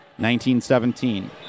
19-17